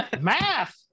Math